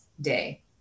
day